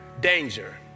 danger